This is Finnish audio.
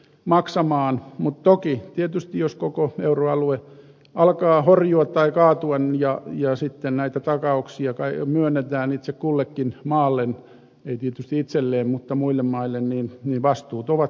maksamaan toki tietysti jos koko euroalue alkaa horjua tai kaatuain ja ja sitten näitä takauksia tai myönnetään itse kullekin maalleni ei tietysti itselle mutta muille maille niin vastuut ovat